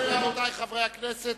רבותי חברי הכנסת,